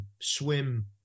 swim